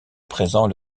présent